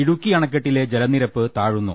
ഇടുക്കി അണക്കെട്ടിലെ ജലനിരപ്പ് താഴുന്നു